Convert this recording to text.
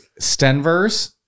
Stenvers